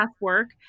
work